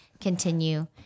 continue